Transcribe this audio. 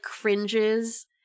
cringes